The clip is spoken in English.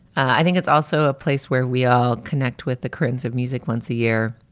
i think it's also a place where we all connect with the currents of music once a year.